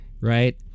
right